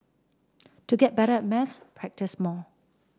to get better at maths practise more